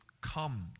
come